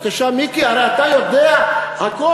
בבקשה, מיקי, הרי אתה יודע הכול.